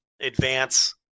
advance